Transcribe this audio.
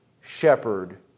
shepherd